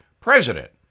president